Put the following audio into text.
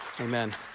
Amen